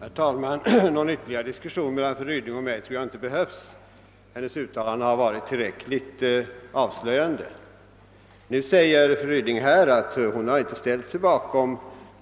Herr talman! Någon ytterligare diskussion mellan fru Ryding och mig tror jag inte är behövlig. Hennes uttalanden har varit tillräckligt avslöjande. Fru Ryding säger nu att hon inte ställer sig bakom